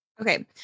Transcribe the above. Okay